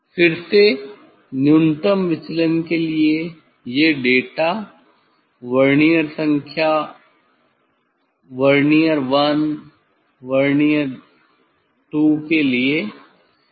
फिर से न्यूनतम विचलन के लिए ये डेटा वर्नियर संख्या वर्नियर 1 वर्नियर 2 के लिए